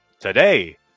today